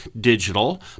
digital